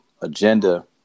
agenda